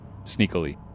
sneakily